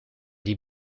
die